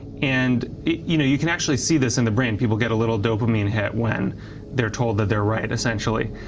and you know you can actually see this in the brain, people get a little dopamine hit when they're told that they're right, essentially.